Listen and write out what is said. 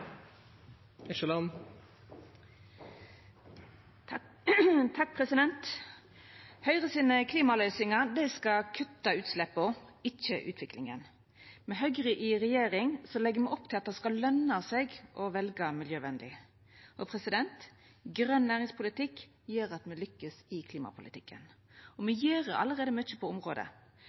klimaløysingar skal kutta utsleppa, ikkje utviklinga. Med Høgre i regjering legg me opp til at det skal løna seg å velja miljøvenleg. Grøn næringspolitikk gjer at me lykkast i klimapolitikken. Og me gjer allereie mykje på området: